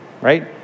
right